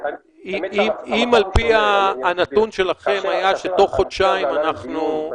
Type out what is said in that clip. אם הנתון שלכם הראה שתוך חודשיים אנחנו ------ כאשר